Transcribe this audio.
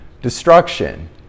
destruction